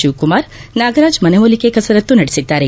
ಶಿವಕುಮಾರ್ ನಾಗರಾಜ್ ಮನವೊಲಿಕೆ ಕಸರತ್ತು ನಡೆಸಿದ್ದಾರೆ